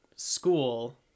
School